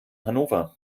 hannover